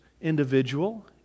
individual